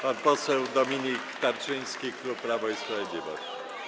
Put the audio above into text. Pan poseł Dominik Tarczyński, klub Prawo i Sprawiedliwość.